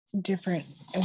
different